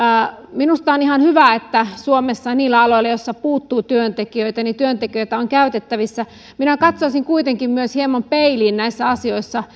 minusta on ihan hyvä että suomessa niillä aloilla joilla puuttuu työntekijöitä työntekijöitä on käytettävissä minä katsoisin kuitenkin myös hieman peiliin näissä asioissa